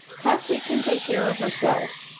patsy can take care of herself.